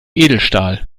edelstahl